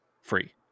free